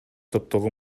топтогу